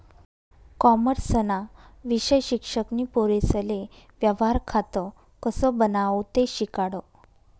कॉमर्सना विषय शिक्षक नी पोरेसले व्यवहार खातं कसं बनावो ते शिकाडं